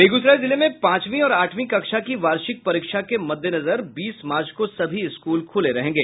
बेगूसराय जिले में पांचवीं और आठवीं कक्षा की वार्षिक परीक्षा के मद्देनजर बीस मार्च को सभी स्कूल खूले रहेंगे